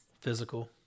Physical